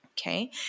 Okay